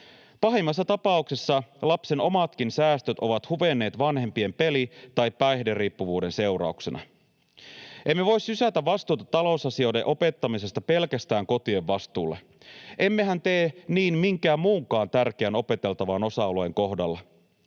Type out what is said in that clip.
Pahimmassa tapauksessa lapsen omatkin säästöt ovat huvenneet vanhempien peli- tai päihderiippuvuuden seurauksena. Emme voi sysätä vastuuta talousasioiden opettamisesta pelkästään kotien vastuulle, emmehän tee niin minkään muunkaan tärkeän opeteltavan osa-alueen kohdalla.